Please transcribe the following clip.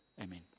Amen